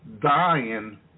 dying